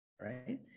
right